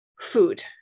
food